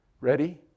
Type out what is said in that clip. ready